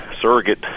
surrogate